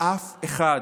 אף אחד,